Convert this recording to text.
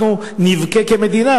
אנחנו נבכה כמדינה,